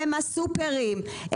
הם הסופרים,